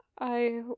I